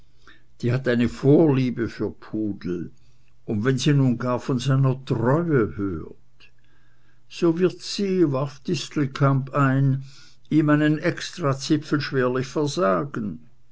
die hat eine vorliebe für pudel und wenn sie nun gar von seiner treue hört so wird sie warf distelkamp ein ihm einen extrazipfel schwerlich versagen